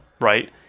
right